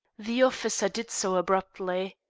the officer did so abruptly.